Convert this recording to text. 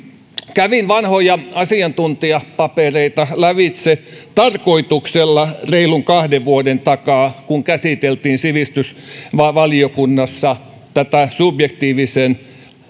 kävin vanhoja asiantuntijapapereita lävitse tarkoituksella reilun kahden vuoden takaa kun käsiteltiin sivistysvaliokunnassa tätä subjektiivisen